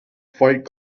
fight